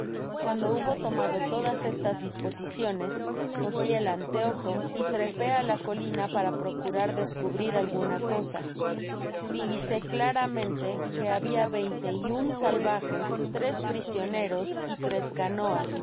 cuando hubo tomado todas estas disposiciones cogi el anteojo y trepé á la colina para procurar descubrir alguna cosa divisó claramente que bahia veinte y mi salvajes tres prisioneros y tres canoas